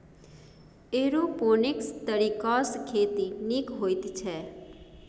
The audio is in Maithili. एरोपोनिक्स तरीकासँ खेती नीक होइत छै